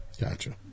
Gotcha